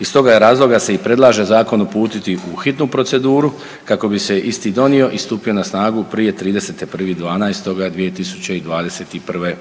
Iz toga je razloga se i predlaže zakon uputiti u hitnu procesu kako bi se isti donio i stupio na snagu prije 31.12.2021.